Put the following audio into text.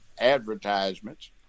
advertisements